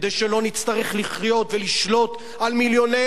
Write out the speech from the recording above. כדי שלא נצטרך לחיות ולשלוט על מיליוני